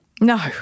No